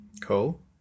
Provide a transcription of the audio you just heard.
Cool